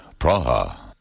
Praha